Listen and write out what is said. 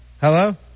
Hello